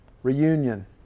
Reunion